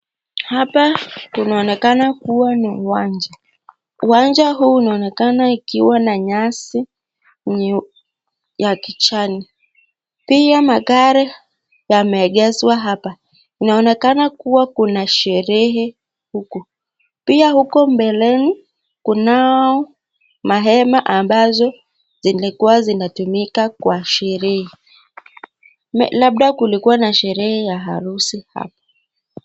Hapa kunaonekana kuwa na uwanja. Uwanja huu unaonekana ikiwa na nyasi ya kichani. Pia magari yameegeshwa hapa. Inaonekana kuwa kuna sherehe huku. Pia huko mbeleni kunao mahema ambazo zilikuwa zinatumika kwa sherehe. Labda kulikuwa na sherehe ya harusi hapa.